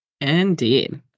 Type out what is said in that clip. Indeed